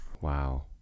Wow